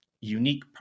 unique